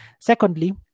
Secondly